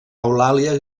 eulàlia